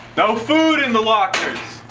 no food in the lockers